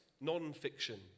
non-fiction